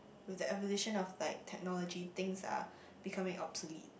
with the evolution of like technology things are becoming obsolete